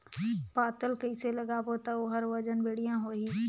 पातल कइसे लगाबो ता ओहार वजन बेडिया आही?